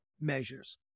measures